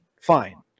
fine